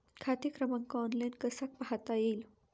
खाते क्रमांक ऑनलाइन कसा पाहता येईल?